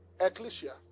Ecclesia